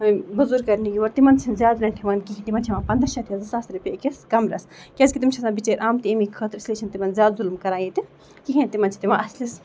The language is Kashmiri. موٚزوٗرۍ کرنہِ یور تِمن چھِنہٕ زیادٕ رینٹ ہیٚوان کِہینۍ تِمن چھِنہٕ زیادٕ رینٹ ہیٚوان کِہینۍ تِمن چھُ پَنداہ شیٚتھ رۄپیہِ زٕ ساس رۄپیہِ أکِس کَمرَس کیازِ کہِ تِم چھِ آسان بِچٲرۍ آمٕتۍ اَمے خٲطرٕ اس لیے چھِنہٕ تِمن زیادٕ ظلُم کران ییٚتہِ کِہیٖنۍ تِمن چھِ دِوان اَصلِس